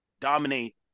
dominate